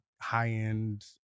High-end